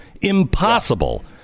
Impossible